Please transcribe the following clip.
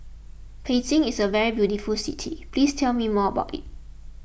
Beijing is a very beautiful city please tell me more about it